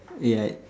ya